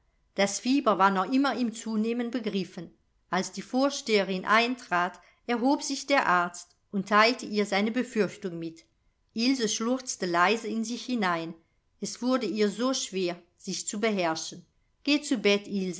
das fieber war noch immer im zunehmen begriffen als die vorsteherin eintrat erhob sich der arzt und teilte ihr seine befürchtung mit ilse schluchzte leise in sich hinein es wurde ihr so schwer sich zu beherrschen geh zu